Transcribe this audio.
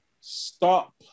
Stop